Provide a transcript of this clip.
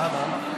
למה?